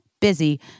busy